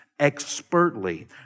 expertly